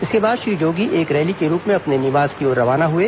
इसके बाद श्री जोगी एक रैली के रूप में अपने निवास की ओर रवाना हुए